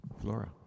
Flora